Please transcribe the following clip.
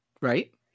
Right